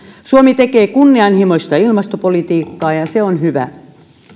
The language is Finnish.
suomi tekee kunnianhimoista ilmastopolitiikkaa ja ja se on hyvä